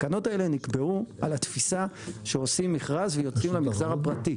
התקנות אלה נקבעו על התפיסה שעושים מכרז ויוצאים למגזר הפרטי.